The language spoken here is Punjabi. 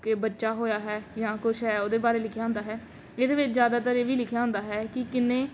ਕਿ ਬੱਚਾ ਹੋਇਆ ਹੈ ਜਾਂ ਕੁਛ ਹੈ ਉਹਦੇ ਬਾਰੇ ਲਿਖਿਆ ਹੁੰਦਾ ਹੈ ਇਹਦੇ ਵਿੱਚ ਜ਼ਿਆਦਾਤਰ ਇਹ ਵੀ ਲਿਖਿਆ ਹੁੰਦਾ ਹੈ ਕਿ ਕਿੰਨੇ